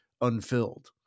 unfilled